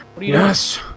Yes